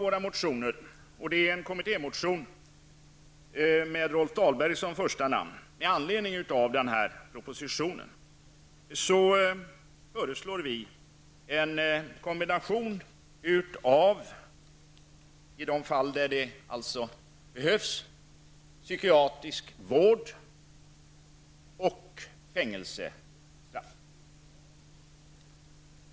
Dahlberg som första namn, föreslår vi en kombination av psykiatrisk vård och fängelsestraff i de fall där det behövs.